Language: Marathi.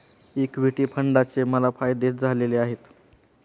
इक्विटी फंडाचे मला फायदेच झालेले आहेत